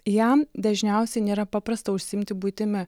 jam dažniausiai nėra paprasta užsiimti buitimi